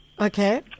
Okay